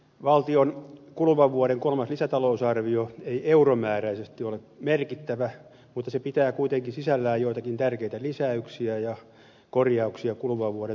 valtion kuluvan vuoden kolmas lisätalousarvio ei euromääräisesti ole merkittävä mutta se pitää kuitenkin sisällään joitakin tärkeitä lisäyksiä ja korjauksia kuluvan vuoden talousarvioon